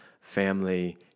family